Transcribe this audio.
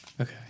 Okay